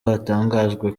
hatangajwe